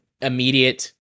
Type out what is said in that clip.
immediate